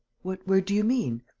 what word do you mean?